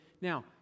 now